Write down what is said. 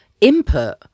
input